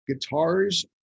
Guitars